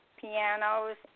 pianos